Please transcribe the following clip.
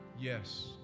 Yes